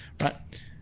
right